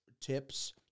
tips